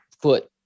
foot